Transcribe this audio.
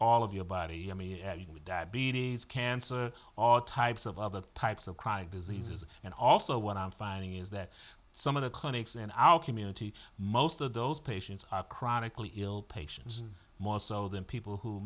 all of your body i mean you had with diabetes cancer all types of other types of chronic diseases and also what i'm finding is that some of the clinics in our community most of those patients are chronically ill patients more so than people who